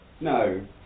No